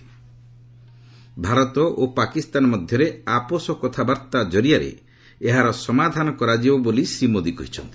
ଭାରତ ଓ ପାକିସ୍ତାନ ମଧ୍ୟରେ ଆପୋଷ କଥାବାର୍ତ୍ତା କରିଆରେ ଏହାର ସମାଧାନ କରାଯିବ ବୋଲି ଶ୍ରୀ ମୋଦି କହିଛନ୍ତି